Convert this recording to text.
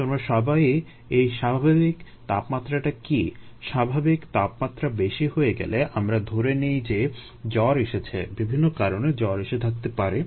তোমরা সবাই ই এই স্বাভাবিক তাপমাত্রাটা কী স্বাভাবিক তাপমাত্রার বেশি হয়ে গেলে আমরা ধরে নিই যে জ্বর এসেছে বিভিন্ন কারণে জ্বর এসে থাকতে পারে